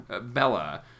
Bella